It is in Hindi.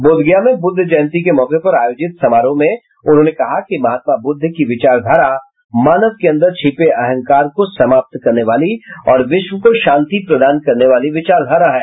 बोधगया में बुद्ध जयंती के मौके पर आयोजित समारोह में उन्होंने कहा कि महात्मा ब्रद्ध की विचारधारा मानव के अंदर छिपे अहंकार को समाप्त करने वाली और विश्व को शांति प्रदान करने वाली विचारधारा है